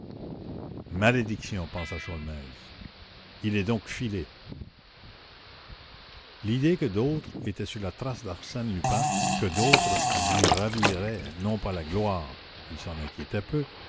malédiction pensa sholmès il est donc filé l'idée que d'autres étaient sur la trace d'arsène lupin que d'autres lui raviraient non pas la gloire il s'en inquiétait peu